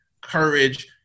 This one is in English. courage